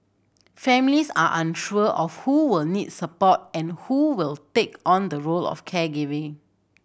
families are unsure of who will need support and who will take on the role of caregiver